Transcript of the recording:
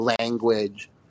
language